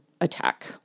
attack